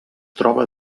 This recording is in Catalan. troba